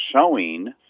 showing